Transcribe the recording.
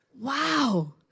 Wow